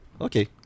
Okay